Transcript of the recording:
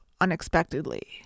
unexpectedly